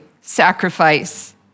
sacrifice